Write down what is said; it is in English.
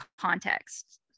context